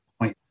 point